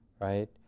right